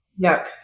Yuck